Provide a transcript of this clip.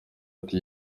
ati